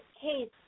case